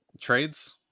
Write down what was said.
trades